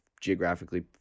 geographically